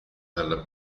alla